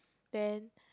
then